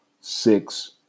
Six